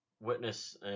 Witness